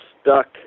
stuck